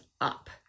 up